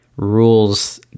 rules